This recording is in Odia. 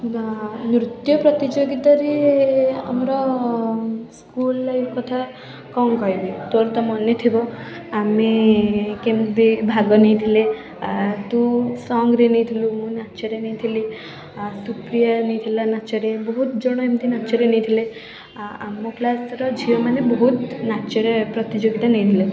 ବା ନୃତ୍ୟ ପ୍ରତିଯୋଗିତାରେ ଆମର ସ୍କୁଲ୍ ଲାଇଫ୍ କଥା କ'ଣ କହିବି ତୋର ତ ମନେଥିବ ଆମେ କେମତି ଭାଗ ନେଇଥିଲେ ଆଁ ତୁ ସଙ୍ଗ୍ରେ ନେଇଥିଲୁ ମୁଁ ନାଚରେ ନେଇଥିଲି ଆ ସୁପ୍ରିୟା ନେଇଥିଲା ନାଚରେ ବହୁତ ଜଣ ଏମତି ନାଚରେ ନେଇଥିଲେ ଆ ଆମ କ୍ଲାସ୍ର ଝିଅମାନେ ବହୁତ ନାଚରେ ପ୍ରତିଯୋଗିତା ନେଇଥିଲେ